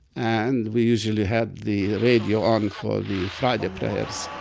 and we usually had the radio on for the friday prayers,